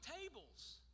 tables